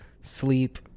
sleep